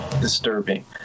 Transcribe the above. disturbing